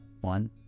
one